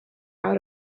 out